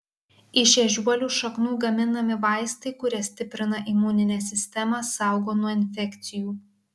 iš ežiuolių šaknų gaminami vaistai kurie stiprina imuninę sistemą saugo nuo infekcijų